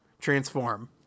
transform